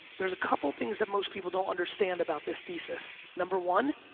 there's a couple things that most people don't understand about this thesis, number one,